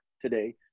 today